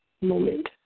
moment